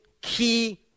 key